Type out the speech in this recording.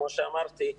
כמו שאמרתי,